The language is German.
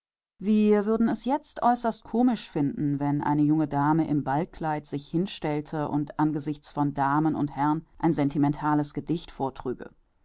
wir würden es jetzt äußerst komisch finden wenn eine junge dame im ballkleid sich hinstellte und angesichts von damen und herrn ein sentimentales gedicht vortrüge